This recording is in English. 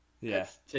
Yes